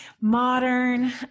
Modern